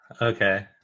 Okay